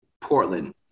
Portland